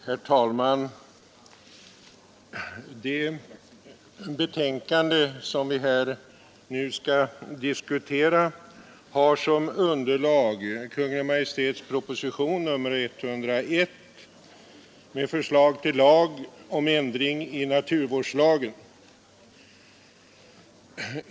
Herr talman! Det betänkande som vi här nu skall diskutera har som underlag Kungl. Maj:ts proposition nr 101 med förslag till lag om ändring i naturvårdslagen.